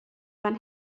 fan